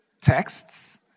texts